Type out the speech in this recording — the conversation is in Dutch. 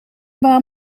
baan